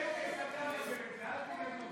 בנט יסדר לכם את זה, אל תדאגו.